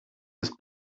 ist